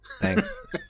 Thanks